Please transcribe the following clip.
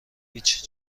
هیچ